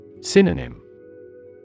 Synonym